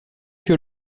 que